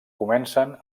comencen